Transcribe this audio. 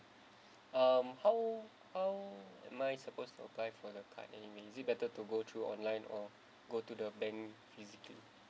um how how am I supposed to apply for the card and is it better to go through online or go to the bank physically